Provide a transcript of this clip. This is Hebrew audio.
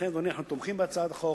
לכן, אדוני, אנחנו תומכים בהצעת החוק,